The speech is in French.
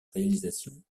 réalisation